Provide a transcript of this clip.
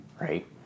right